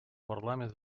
парламент